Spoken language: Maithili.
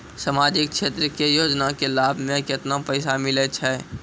समाजिक क्षेत्र के योजना के लाभ मे केतना पैसा मिलै छै?